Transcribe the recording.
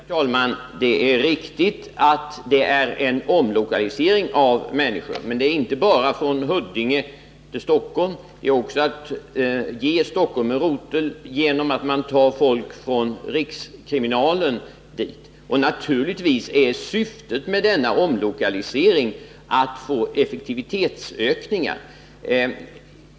Herr talman! Det är riktigt att det är en omlokalisering av människor. Men det är inte bara fråga om att flytta människor från Huddinge till Stockholm — vi ger också Stockholm en rotel genom att flytta över folk från rikskriminalen. Och naturligtvis är syftet med denna omlokalisering att öka effektiviteten.